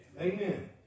Amen